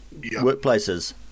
workplaces